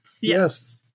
Yes